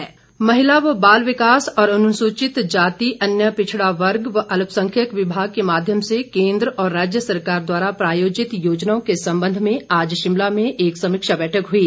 सहजल महिला व बाल विकास और अनुसूचित जाति अन्य पिछड़ा वर्ग व अल्प संख्यक विभाग के माध्यम से केन्द्र और राज्य सरकार द्वारा प्रायोजित योजनाओं के संबंध में आज शिमला में एक समीक्षा बैठक हुई